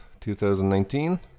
2019